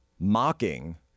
mocking